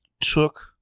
took